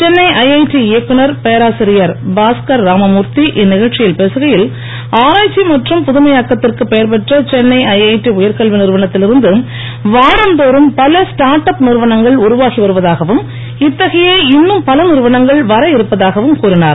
Chennai IIT இயக்குனர் பேராசிரியர் பாஸ்கர் ராமமூர்த்தி இந்நிகழ்ச்சியில் பேசுகையில் ஆராய்ச்சி மற்றும் புதுமையாக்கத்திற்கு பெயர்பெற்ற சென்னை ஐஐடி உயர்கல்வி நிறுவனத்தில் இருந்து வாரம் தோறும் பல ஸ்டார்ட் அப் நிறுவனங்கள் உருவாகி வருவதாகவும் இத்தகைய இன்னும் பல நிறுவனங்கள் வரவிருப்பதாகவும் கூறிஞர்